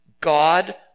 God